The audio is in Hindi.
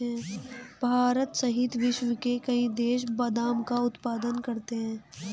भारत सहित विश्व के कई देश बादाम का उत्पादन करते हैं